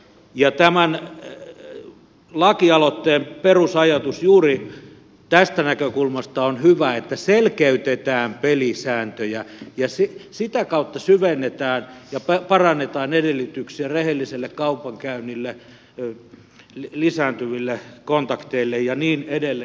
ja tämän lakialoitteen perusajatus juuri tästä näkökulmasta on hyvä että selkeytetään pelisääntöjä ja sitä kautta syvennetään ja parannetaan edellytyksiä rehelliselle kaupankäynnille lisääntyville kontakteille ja niin edelleen